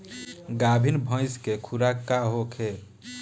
गाभिन भैंस के खुराक का होखे?